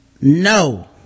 No